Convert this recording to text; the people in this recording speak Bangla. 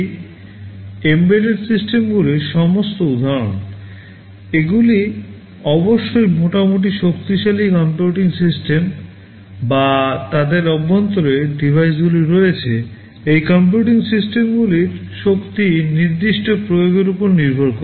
এটি এমবেডেড সিস্টেমগুলির সমস্ত উদাহরণ এগুলি অবশ্যই মোটামুটি শক্তিশালী কম্পিউটিং সিস্টেম বা তাদের অভ্যন্তরে ডিভাইসগুলি রয়েছে এই কম্পিউটিং সিস্টেমগুলির শক্তি নির্দিষ্ট প্রয়োগের উপর নির্ভর করে